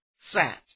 sat